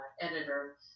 editor